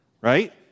right